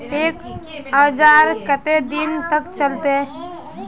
एक औजार केते दिन तक चलते?